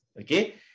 Okay